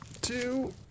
Two